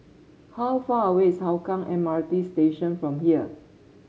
how far away is Hougang M R T Station from here